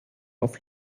auf